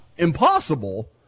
Impossible